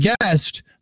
guest